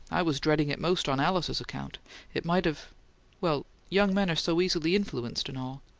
i was dreading it most on alice's account it might have well, young men are so easily influenced and all.